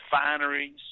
refineries